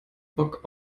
bock